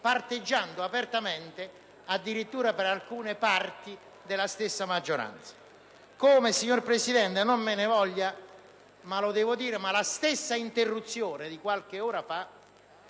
parteggiando apertamente addirittura per alcune parti della stessa maggioranza.